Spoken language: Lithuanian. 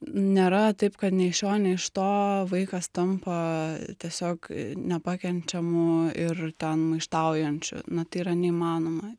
nėra taip kad nei iš šio nei iš to vaikas tampa tiesiog nepakenčiamu ir ten maištaujančiu na tai yra neįmanoma